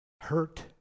hurt